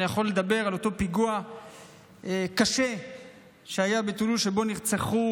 יכול לדבר על אותו פיגוע קשה שהיה בטולוז שבו נרצחו